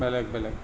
বেলেগ বেলেগ